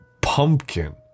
pumpkin